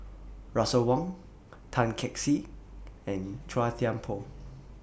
Russel Wong Tan Kee Sek and Chua Thian Poh